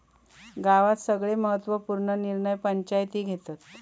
गावात सगळे महत्त्व पूर्ण निर्णय पंचायती घेतत